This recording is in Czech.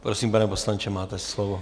Prosím, pane poslanče, máte slovo.